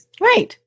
Right